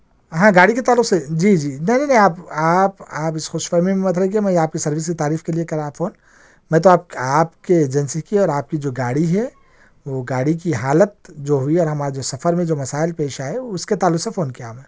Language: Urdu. ہاں گاڑی کے تعلق سے جی جی نہیں آپ آپ آپ اس خوش فہمی میں مت رہیے کہ میں آپ کی سروس کی تعریف کے لئے کرا فون میں تو آپ آپ کی ایجینسی کی اور آپ کی جو گاڑی ہے وہ گاڑی کی حالت جو ہوئی ہے اور ہم آج سفر میں جو مسائل پیش آئے اس کے تعلق سے فون کیا میں